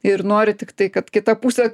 ir nori tiktai kad kita pusė